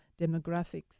demographics